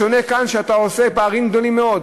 בשונה מכאן, שאתה עושה פערים גדולים מאוד.